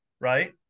right